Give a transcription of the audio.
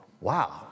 Wow